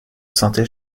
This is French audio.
sentait